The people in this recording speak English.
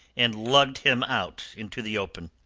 and lugged him out into the open.